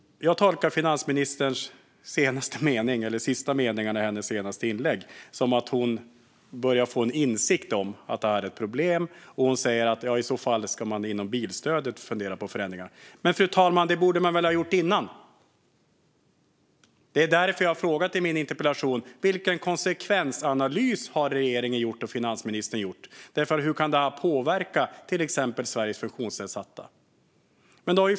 Jag tolkar de sista meningarna i finansministerns senaste inlägg som att hon börjar få insikt om att det här är ett problem. Hon säger att i så fall ska man fundera på förändringar inom bilstödet. Men, fru talman, det borde man väl ha gjort innan. Det är därför jag har frågat i min interpellation vilken konsekvensanalys regeringen och finansministern har gjort av hur detta kan påverka till exempel Sveriges funktionsnedsatta.